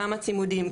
כמה צימודים,